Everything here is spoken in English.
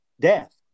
Death